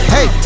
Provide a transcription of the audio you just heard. Hey